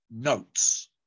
notes